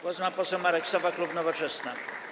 Głos ma poseł Marek Sowa, klub Nowoczesna.